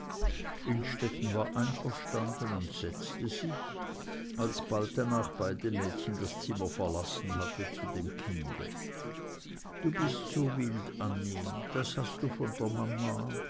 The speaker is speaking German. innstetten war einverstanden und setzte sich als bald danach beide mädchen das zimmer verlassen hatten zu dem kind du bist so wild annie das hast du von der mama